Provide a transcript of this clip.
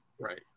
right